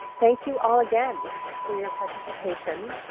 thank you all again for your participation.